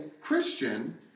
Christian